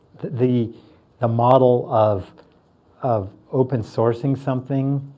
the the model of of open sourcing something